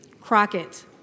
Crockett